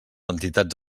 entitats